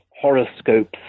horoscopes